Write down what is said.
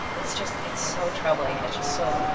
it's just it's so troubling. and it's just so.